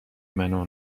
منو